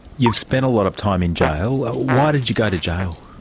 you've spent a lot of time in jail, why did you go to jail?